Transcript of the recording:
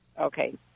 Okay